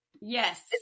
yes